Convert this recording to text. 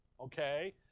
okay